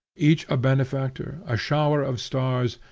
each a benefactor, a shower of stars,